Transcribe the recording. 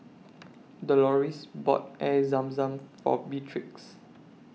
Doloris bought Air Zam Zam For Beatrix